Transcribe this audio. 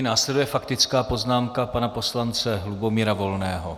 Následuje faktická poznámka pana poslance Lubomíra Volného.